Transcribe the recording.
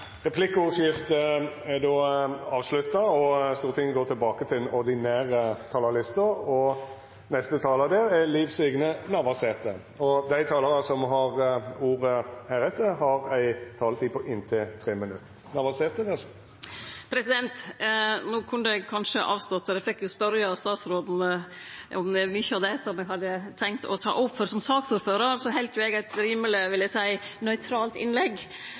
er ute. Replikkordskiftet er avslutta. Dei talarane som heretter får ordet, har ei taletid på inntil 3 minutt. No kunne eg kanskje avstått, for eg fekk jo spurt statsråden om mykje av det eg hadde tenkt å ta opp. Som ordførar for saka har eg halde eit, vil eg seie, rimeleg nøytralt innlegg,